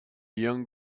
young